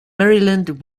maryland